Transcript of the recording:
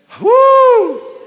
Woo